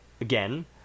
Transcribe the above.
again